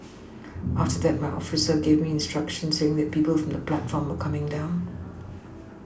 after that my officer gave me instructions saying that people from the platform were coming down